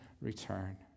return